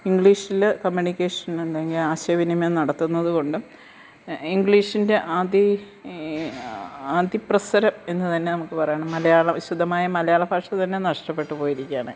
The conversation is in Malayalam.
ഇംഗ്ലീഷില് കമ്യൂണിക്കേഷന്നുനുണ്ടെങ്കില് ആശയവിനിമയം നടത്തുന്നതുകൊണ്ടും ഇംഗ്ലീഷിൻറ്റെ അതി അതിപ്രസരം എന്ന് തന്നെ നമുക്ക് പറയണം മലയാള ശുദ്ധമായ മലയാളഭാഷ തന്നെ നഷ്ട്ടപ്പെട്ടു പോയിരിക്കുകയാണ്